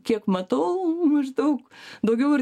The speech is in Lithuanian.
kiek matau maždaug daugiau ir